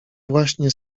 właśnie